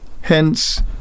Hence